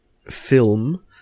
film